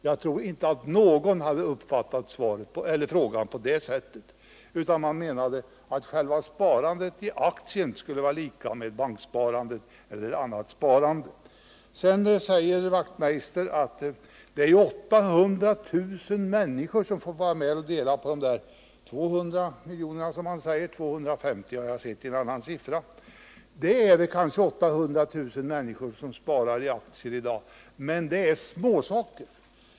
Jag tror inte att någon hade uppfattat frågan på annat sätt än att man menade att själva sparandet i aktier skulle jämställas med banksparande eller annat sparande. Knut Wachtmeister säger att det är 800 000 människor som får vara med och dela på de 200 miljonerna — jag har en uppgift om att det skulle röra sig om 250 miljoner. Det är möjligt att det är 800 000 människor som sparar i aktier i dag, men det är småsaker.